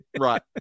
right